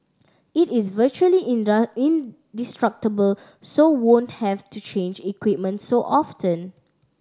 it is virtually indestructible so won't have to change equipment so often